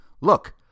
Look